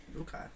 Okay